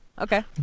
Okay